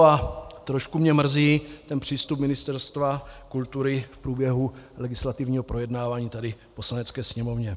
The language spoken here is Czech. A trošku mě mrzí přístup Ministerstva kultury v průběhu legislativního projednávání tady v Poslanecké sněmovně.